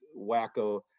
wacko